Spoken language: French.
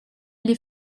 les